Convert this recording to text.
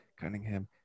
Cunningham